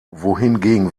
wohingegen